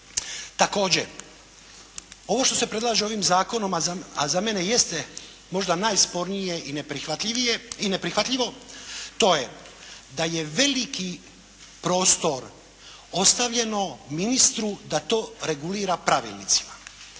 Također ovo što se predlaže ovim zakonom, a za mene jeste možda najspornije i neprihvatljivo, to je da je veliki prostor ostavljeno ministru da to regulira pravilnicima.